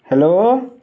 hello